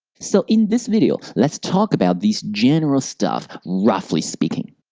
so in this video, let's talk about these general stuff, roughly speaking.